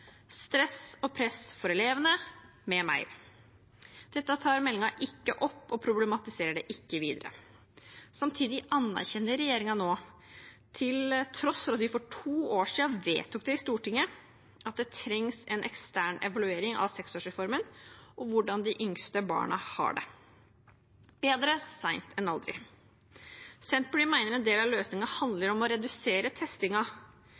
stress og press for elevene m.m. Dette tar meldingen ikke opp og problematiserer det ikke videre. Samtidig anerkjenner regjeringen nå, til tross for at vi for to år siden vedtok det i Stortinget, at det trengs en ekstern evaluering av 6-årsreformen og hvordan de yngste barna har det – bedre sent enn aldri. Senterpartiet mener en del av